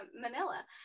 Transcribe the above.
Manila